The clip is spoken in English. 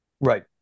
Right